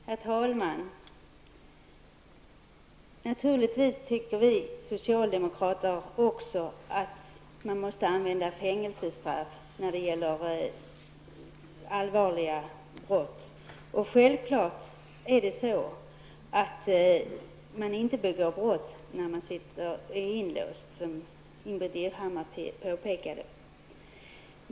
Herr talman! Naturligtvis tycker också vi socialdemokrater att fängelsestraff behövs vid allvarliga brott. Den som sitter inlåst begår självfallet inte brott.